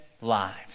lives